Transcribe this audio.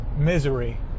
misery